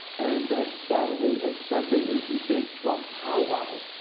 and then saturday and sunday is the big drum powwow,